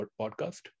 Podcast